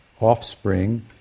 offspring